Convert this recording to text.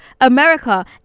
America